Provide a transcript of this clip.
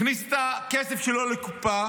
הכניס את הכסף שלו לקופה,